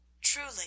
Truly